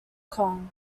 kong